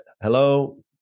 hello